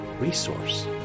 resource